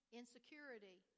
insecurity